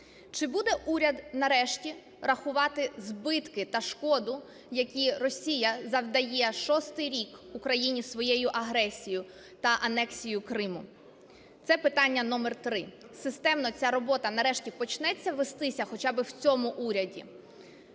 Чи буде уряд нарешті рахувати збитки та шкоду, які Росія завдає шостий рік Україні своєю агресією та анексією Криму? Це питання номер три. Системно ця робота нарешті почнеться вестися хоча би в цьому уряді?